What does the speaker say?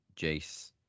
Jace